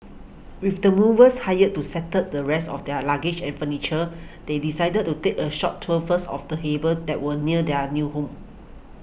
with the movers hired to settle the rest of their luggage and furniture they decided to take a short tour first of the harbour that was near their new home